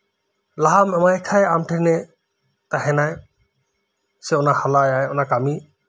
ᱞᱟᱦᱟᱢ ᱮᱢᱟᱭ ᱠᱷᱟᱱ ᱟᱢ ᱴᱷᱮᱱᱮ ᱛᱟᱦᱮᱱᱟ ᱥᱮ ᱦᱟᱞᱟᱭᱟᱭ ᱚᱱᱟ ᱠᱟᱹᱢᱤ